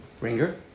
Ringer